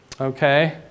Okay